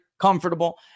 comfortable